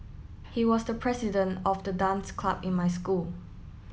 he was the president of the dance club in my school